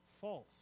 false